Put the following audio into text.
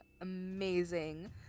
Amazing